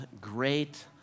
great